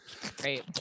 great